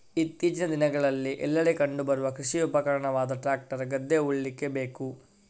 ಇತ್ತೀಚಿನ ದಿನಗಳಲ್ಲಿ ಎಲ್ಲೆಡೆ ಕಂಡು ಬರುವ ಕೃಷಿ ಉಪಕರಣವಾದ ಟ್ರಾಕ್ಟರ್ ಗದ್ದೆ ಉಳ್ಳಿಕ್ಕೆ ಬೇಕು